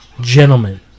Gentlemen